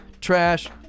trash